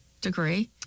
degree